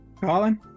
Colin